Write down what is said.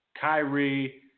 Kyrie